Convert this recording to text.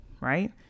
Right